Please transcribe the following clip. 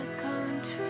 country